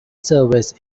service